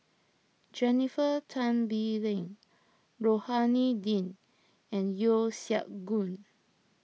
Jennifer Tan Bee Leng Rohani Din and Yeo Siak Goon